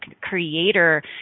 creator